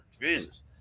Jesus